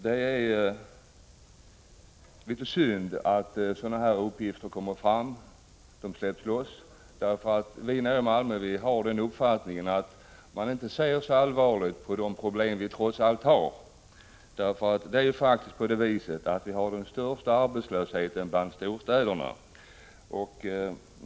Det är synd att uppgifter av det här slaget släpps loss, för vi nere i Malmö har den uppfattningen, att man inte ser så allvarligt på de problem vi trots allt har. Det är faktiskt så att Malmö har den största arbetslösheten bland storstäderna.